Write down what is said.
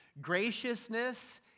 graciousness